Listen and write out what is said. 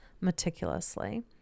meticulously